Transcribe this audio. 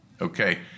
okay